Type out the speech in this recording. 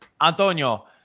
Antonio